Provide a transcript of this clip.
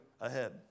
ahead